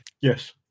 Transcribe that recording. Yes